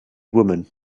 woman